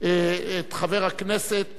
חבר הכנסת